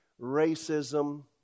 racism